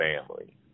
family